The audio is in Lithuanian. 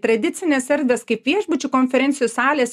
tradicinės erdvės kaip viešbučių konferencijų salės